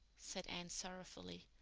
said anne sorrowfully.